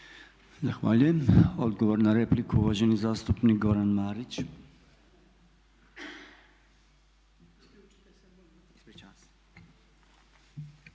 Zahvaljujem. Odgovor na repliku uvaženi zastupnik Goran Marić.